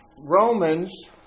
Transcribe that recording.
Romans